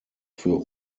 für